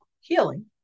healing